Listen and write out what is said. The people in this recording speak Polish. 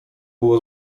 było